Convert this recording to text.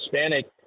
Hispanic